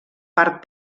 part